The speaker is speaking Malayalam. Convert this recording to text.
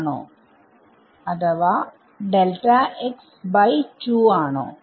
ആണോ അഥവാ ആണോ